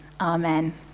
amen